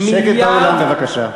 שקט באולם בבקשה.